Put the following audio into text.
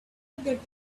that